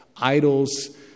idols